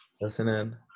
listening